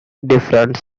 different